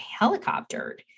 helicoptered